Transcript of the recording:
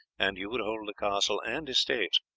and you would hold the castle and estates.